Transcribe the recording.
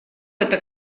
это